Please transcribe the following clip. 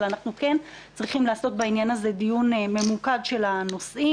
אבל אנחנו כן צריכים לעשות בעניין הזה דיון ממוקד של הנושאים.